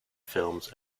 films